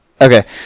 Okay